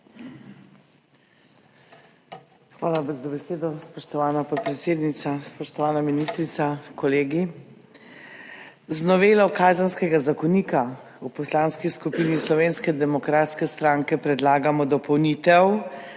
Hvala za besedo, spoštovana podpredsednica. Spoštovana ministrica, kolegi! Z novelo Kazenskega zakonika v Poslanski skupini Slovenske demokratske stranke predlagamo dopolnitev,